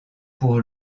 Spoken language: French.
pour